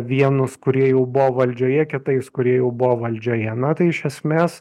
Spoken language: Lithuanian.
vienus kurie jau buvo valdžioje kitais kurie jau buvo valdžioje na tai iš esmės